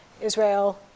Israel